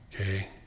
Okay